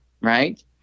right